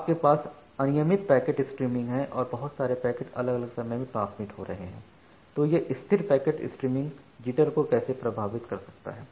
आपके पास अनियमित पैकेट स्ट्रीम है और बहुत सारे पैकेट अलग अलग समय में ट्रांसमिट रहे हैं तो यह स्थिर पैकेट स्ट्रीम जिटर को कैसे प्रभावित कर सकता है